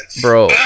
bro